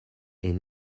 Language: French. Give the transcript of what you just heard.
est